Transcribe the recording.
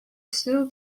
still